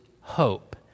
hope